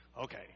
Okay